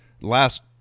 last